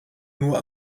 nur